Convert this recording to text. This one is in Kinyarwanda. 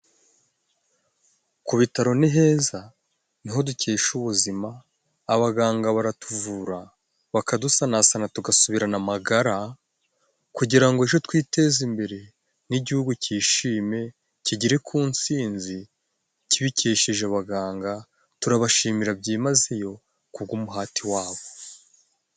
Ku bitaro niheza niho dukesha ubuzima, abaganga baratuvura bakadusanasana. Tugasubirana amagara kugira ngo ejo twiteze imbere, n'igihugu cyishime kigere ku ntsinzi kibikeshe abaganga. turabashimira byimazeyo ku bw' umuhate wabo.